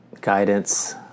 guidance